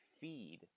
feed